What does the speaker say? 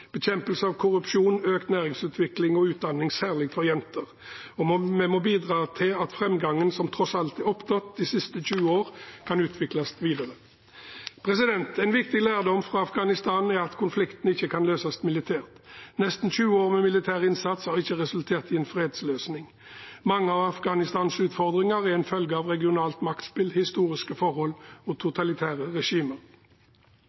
bekjempelse av korrupsjonen, økt næringsutvikling og utdanning, særlig for jenter. Vi må bidra til at framgangen som tross alt er oppnådd de siste 20 år, kan utvikles videre. En viktig lærdom fra Afghanistan er at konflikten ikke kan løses militært. Nesten 20 år med militær innsats har ikke resultert i en fredsløsning. Mange av Afghanistans utfordringer er en følge av regionalt maktspill, historiske forhold og